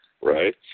right